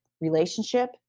relationship